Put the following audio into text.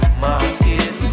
market